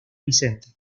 vicente